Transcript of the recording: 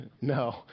No